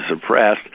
suppressed